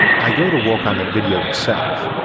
i go to work on the video itself.